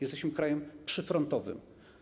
Jesteśmy krajem przyfrontowym.